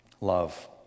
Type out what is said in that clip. Love